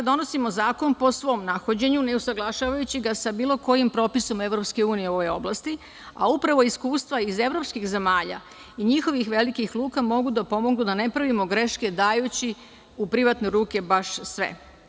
Donosimo zakon po svom nahođenju, ne usaglašavajući ga sa bilo kojim propisom EU u ovoj oblasti, a upravo iskustava iz evropsikih zemalja i njihovih velikih luka mogu da pomognu da ne pravimo greške dajući u privatne ruke baš sve.